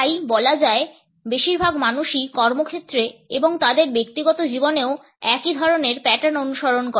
তাই বলা যায় বেশিরভাগ মানুষই কর্মক্ষেত্রে এবং তাদের ব্যক্তিগত জীবনেও একই ধরনের প্যাটার্ন অনুসরণ করে